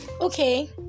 Okay